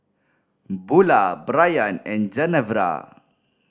Bulah Brayan and Genevra